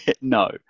No